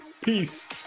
Peace